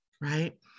right